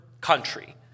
country